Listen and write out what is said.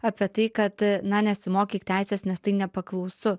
apie tai kad na nesimokyk teisės nes tai nepaklausu